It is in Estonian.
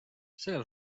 sellel